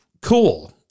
cool